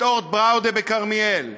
את "אורט בראודה" בכרמיאל,